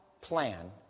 plan